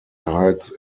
hides